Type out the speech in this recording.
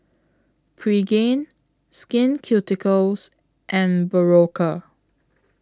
Pregain Skin Ceuticals and Berocca